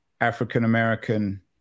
African-American